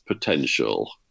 potential